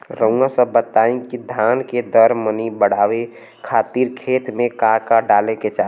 रउआ सभ बताई कि धान के दर मनी बड़ावे खातिर खेत में का का डाले के चाही?